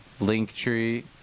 Linktree